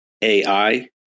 AI